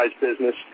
business